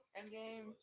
Endgame